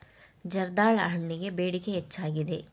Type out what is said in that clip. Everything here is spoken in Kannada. ಜರ್ದಾಳು ಹಣ್ಣಗೆ ಬೇಡಿಕೆ ಹೆಚ್ಚಾಗಿದೆ